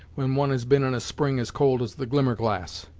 when one has been in a spring as cold as the glimmerglass.